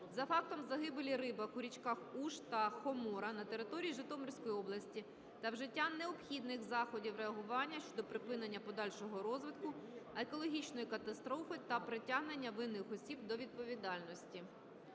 за фактом загибелі риби у річках Уж та Хомора на території Житомирської області та вжиття необхідних заходів реагування щодо припинення подальшого розвитку екологічної катастрофи та притягнення винних осіб до відповідальності.